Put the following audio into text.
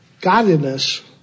godliness